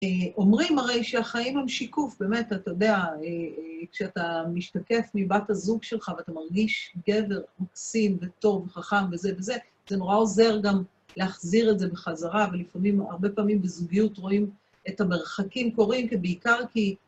אומרים הרי שהחיים הם שיקוף, באמת, אתה יודע, כשאתה משתקף מבת הזוג שלך ואתה מרגיש גבר מקסים וטוב וחכם וזה וזה, זה נורא עוזר גם להחזיר את זה בחזרה, ולפעמים, הרבה פעמים בזוגיות רואים את המרחקים קורים, כי בעיקר כי...